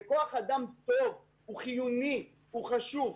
זה כוח אדם טוב, הוא חיוני, הוא חשוב.